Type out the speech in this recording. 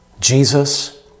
Jesus